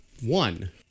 One